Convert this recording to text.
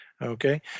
Okay